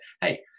Hey